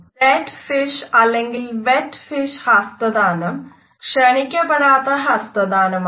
dead fish ഹസ്തദാനം ക്ഷണിക്കപ്പെടാത്ത ഹസ്തദാനമാണ്